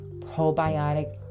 probiotic